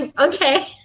okay